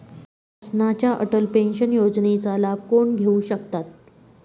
शासनाच्या अटल पेन्शन योजनेचा लाभ कोण घेऊ शकतात?